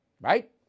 Right